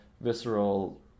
visceral